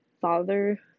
father